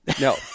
No